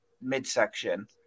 midsection